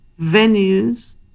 venues